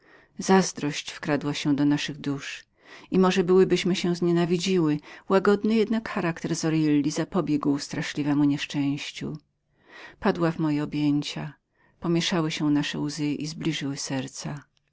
zazdrość wkradła się do naszych dusz i może byłybyśmy się znienawidziły łagodny jednak charakter zorilli zapobiegł straszliwemu nieszczęściu padła w moje objęcia pomieszały się nasze łzy i serca